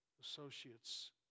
associates